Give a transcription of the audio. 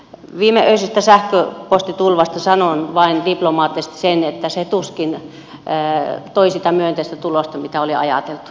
viimeöisestä sähköpostitulvasta sanon vain diplomaattisesti sen että se tuskin toi sitä myönteistä tulosta mitä oli ajateltu